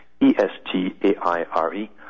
E-S-T-A-I-R-E